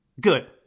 Good